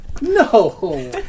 No